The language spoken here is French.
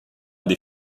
des